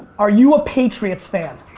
are you a patriots fan?